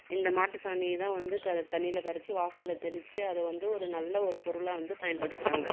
இந்த மாட்டு சாணியை தான் வந்து தண்ணியில் கரைச்சு வாசலில் தெளித்து அது வந்து நல்ல ஒரு பொருளாக வந்து பயன்படுத்துறாங்க